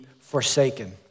forsaken